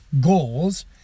goals